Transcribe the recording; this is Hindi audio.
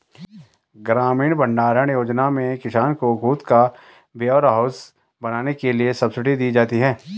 ग्रामीण भण्डारण योजना में किसान को खुद का वेयरहाउस बनाने के लिए सब्सिडी दी जाती है